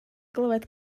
glywed